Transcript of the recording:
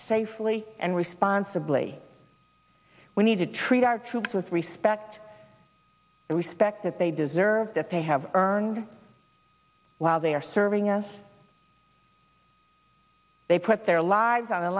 safely and responsibly we need to treat our troops with respect the respect that they deserve that they have earned while they're serving us they put their lives on the